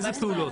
אילו פעולות?